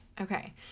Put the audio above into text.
Okay